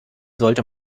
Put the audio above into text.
sollte